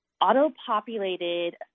auto-populated